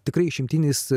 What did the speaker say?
tikrai išimtinis